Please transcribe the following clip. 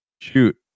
Shoot